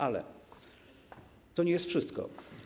Ale to nie jest wszystko.